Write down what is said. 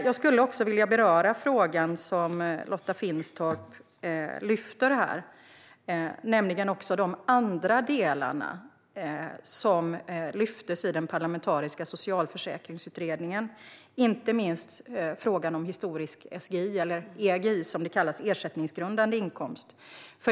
Jag skulle vilja beröra frågan som Lotta Finstorp lyfter här om de andra delarna i den parlamentariska socialförsäkringsutredningen, inte minst frågan om historisk SGI, eller EGI, som det kallas, vilket står för ersättningsgrundande inkomst.